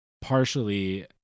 partially